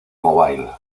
mobile